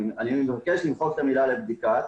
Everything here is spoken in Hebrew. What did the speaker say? אני מבקש למחוק את המילה "לבדיקה".